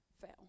fail